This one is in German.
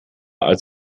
als